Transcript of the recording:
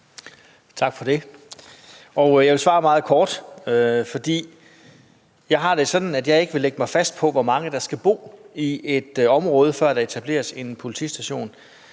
Tak for det. Jeg vil svare meget kort, fordi jeg har det sådan, at jeg ikke vil lægge mig fast på, hvor mange der skal bo i et område, før der etableres en politistation.